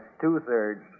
two-thirds